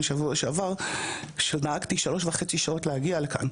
בשבוע שעבר כשנהגתי שלוש שעות וחצי להגיע לכאן.